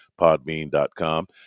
podbean.com